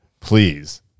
please